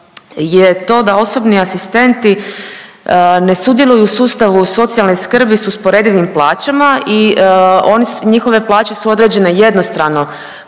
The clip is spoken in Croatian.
je to da osobni asistenti ne sudjeluju u sustavu socijalne skrbi s usporedivim plaćama i oni, njihove plaće su određene jednostrano